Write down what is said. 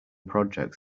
projects